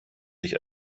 sich